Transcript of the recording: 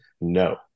No